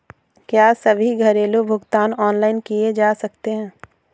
क्या सभी घरेलू भुगतान ऑनलाइन किए जा सकते हैं?